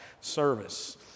service